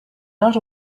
not